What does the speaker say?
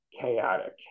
chaotic